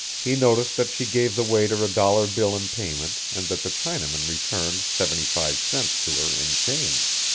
he noticed that she gave the waiter a dollar bill in payment and that the chinaman returned seventy-five cents to her in change.